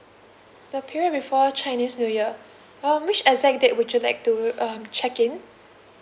the period prefer chinese new year um which exact date would you like to um check in